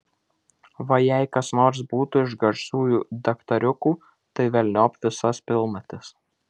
va jei kas nors būtų iš garsiųjų daktariukų tai velniop visas pilnatis